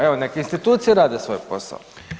Evo nek institucije rade svoj posao.